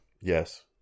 Yes